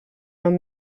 non